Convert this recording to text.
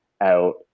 out